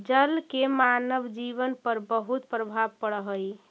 जल के मानव जीवन पर बहुत प्रभाव पड़ऽ हई